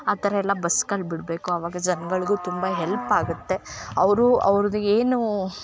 ಆ ಥರ ಎಲ್ಲ ಬಸ್ಸ್ಗಳು ಬಿಡಬೇಕು ಆವಾಗ ಜನಗಳಿಗು ತುಂಬ ಹೆಲ್ಪ್ ಆಗುತ್ತೆ ಅವರು ಅವರದ್ದು ಏನು